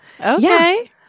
Okay